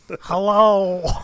Hello